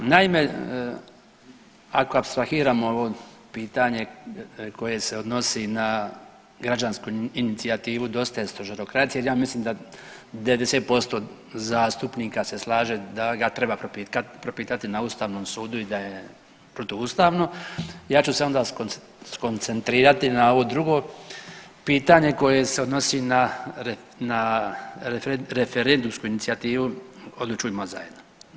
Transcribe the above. Naime, ako apstrahiramo ovo pitanje koje se odnosi na Građansku inicijativu „Dosta je stožerokracije“ jer ja mislim 90% zastupnika se slaže da ga treba propitati na Ustavnom sudu i da je protuustavno, ja ću se onda skoncentrirati na ovo drugo pitanje koje se odnosi na referendumsku inicijativu „Odlučujmo zajedno“